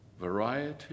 Variety